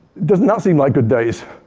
doesn't that seem like good days?